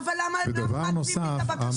למה הם מעכבים לי את הבקשה?